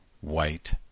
white